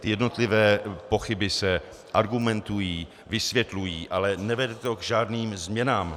Jednotlivé pochyby se argumentují, vysvětlují, ale nevede to k žádným názorovým změnám.